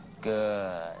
Good